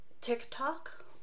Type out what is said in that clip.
TikTok